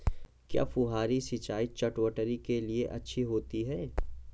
क्या फुहारी सिंचाई चटवटरी के लिए अच्छी होती है?